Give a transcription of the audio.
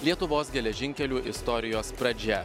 lietuvos geležinkelių istorijos pradžia